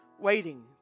waiting